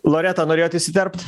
loreta norėjot įsiterpt